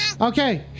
Okay